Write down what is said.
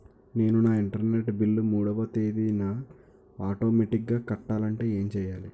నేను నా internet bill మూడవ తేదీన ఆటోమేటిగ్గా కట్టాలంటే ఏం చేయాలి?